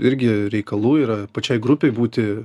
irgi reikalų yra pačiai grupei būti